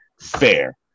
fair